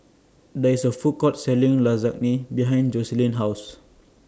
There IS A Food Court Selling Lasagne behind Joseline's House